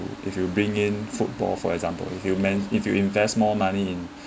if you bring in football for example if you m~ if you invest more money in